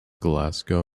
glasgow